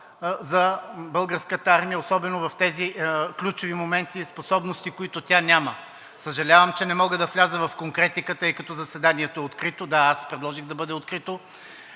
за Българската армия, особено в тези ключови момента и способности, които тя няма. Съжалявам, че не мога да вляза в конкретика, тъй като заседанието е открито – да, аз предложих да бъде открито.